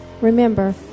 Remember